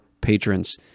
patrons